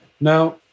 Now